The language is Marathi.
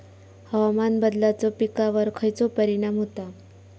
हवामान बदलाचो पिकावर खयचो परिणाम होता?